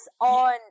on